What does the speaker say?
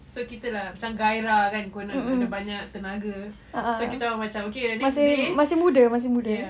so kita lah macam ghairah kan konon banyak tenaga so kita orang macam okay the next day ya